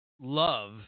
love